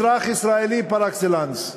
אזרח ישראלי פר-אקסלנס,